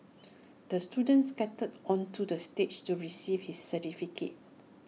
the student skated onto the stage to receive his certificate